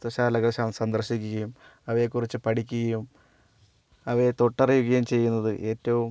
ചിത്രശാലകൾ സന്ദർശിക്കുകയും അവയെക്കുറിച്ച് പഠിക്കുകയും അവയെ തൊട്ടറിയുകയും ചെയ്യുന്നത് ഏറ്റവും